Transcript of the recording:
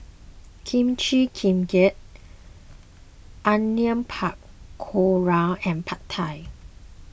Kimchi Jjigae Onion Pakora and Pad Thai